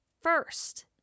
first